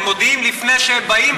הם מודיעים לפני שהם באים.